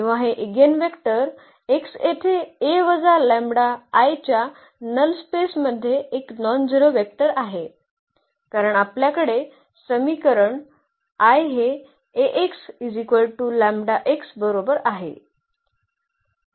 किंवा हे eigenvector x येथे A वजा लेम्बडा I च्या नल स्पेस मध्ये एक नॉनझेरो वेक्टर आहे कारण आपल्याकडे समीकरण l हे Ax λx बरोबर आहे